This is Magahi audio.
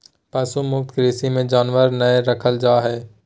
पशु मुक्त कृषि मे जानवर नय रखल जा हय